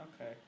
Okay